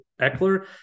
Eckler